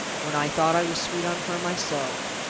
when i thought i was sweet on her myself.